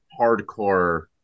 hardcore